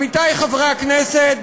עמיתי חברי הכנסת,